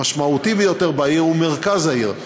המשמעותי ביותר בעיר הוא מרכז העיר.